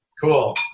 Cool